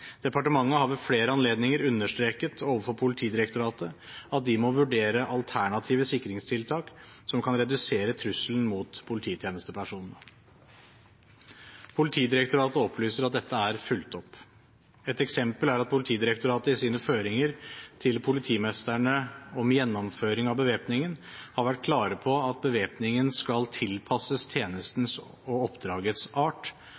Departementet har ved flere anledninger understreket overfor Politidirektoratet at de må vurdere alternative sikringstiltak som kan redusere trusselen mot polititjenestepersonene. Politidirektoratet opplyser at dette er fulgt opp. Et eksempel er at Politidirektoratet i sine føringer til politimestrene om gjennomføring av bevæpningen har vært klare på at bevæpningen skal tilpasses «tjenestens og oppdragets art»,